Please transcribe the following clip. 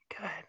good